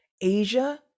Asia